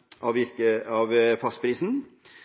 er omfattet av fastprisen.